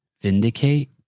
Vindicate